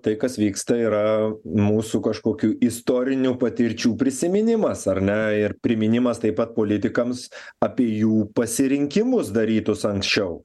tai kas vyksta yra mūsų kažkokių istorinių patirčių prisiminimas ar ne ir priminimas taip pat politikams apie jų pasirinkimus darytus anksčiau